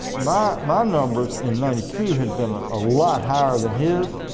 my my numbers in ninety two had been a lot higher than his,